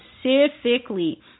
specifically